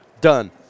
Done